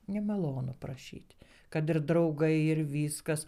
nemalonu prašyt kad ir draugai ir viskas